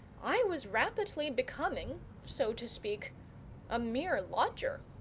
i was rapidly becoming so to speak a mere lodger.